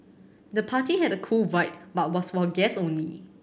the party had a cool vibe but was for guests only